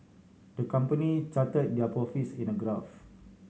the company charted their profits in a graph